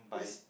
is